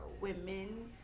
women